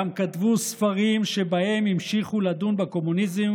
גם כתבו ספרים שבהם המשיכו לדון בקומוניזם